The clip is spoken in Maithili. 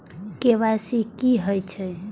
के.वाई.सी की हे छे?